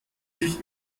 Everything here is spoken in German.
sich